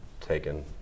taken